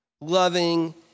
loving